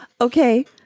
Okay